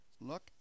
look